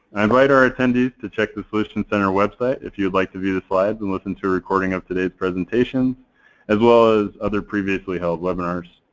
i invite our attendees to check the solutions center website if you would like to view the slides and listen to a recording of today's presentation as well as other previously held webinars.